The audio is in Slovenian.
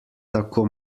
tako